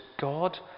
God